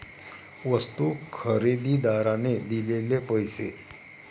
वस्तू खरेदीदाराने दिलेले पैसे